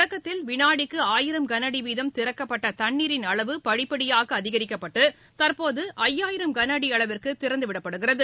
தொடக்கத்தில் விளாடிக்கு ஆயிரம் களஅடி வீதம் திறக்கப்பட்ட தண்ணீரின் அளவு படிப்படியாக அதிகரிக்கப்பட்டு தற்போது ஐயாயிரம் கனஅடி அளவிற்கு திறந்து விடப்படுகிறது